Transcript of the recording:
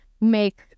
make